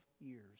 years